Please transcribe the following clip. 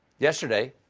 yesterday,